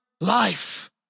life